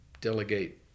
delegate